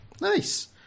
Nice